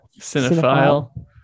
Cinephile